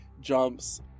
jumps